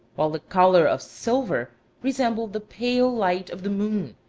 while the color of silver resembled the pale light of the moon,